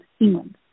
England